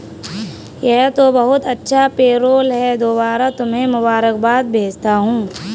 यह तो बहुत अच्छा पेरोल है दोबारा तुम्हें मुबारकबाद भेजता हूं